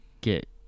get